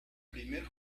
primer